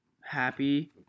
happy